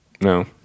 No